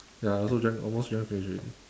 ya I also drank almost drank finish already